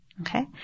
Okay